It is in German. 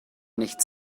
nichts